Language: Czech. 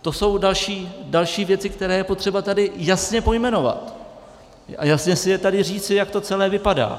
To jsou další věci, které je potřeba tady jasně pojmenovat a jasně si je tady říci, jak to celé vypadá.